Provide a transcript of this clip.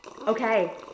Okay